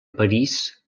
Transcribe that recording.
parís